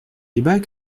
débat